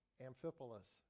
Amphipolis